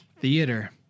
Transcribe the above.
Theater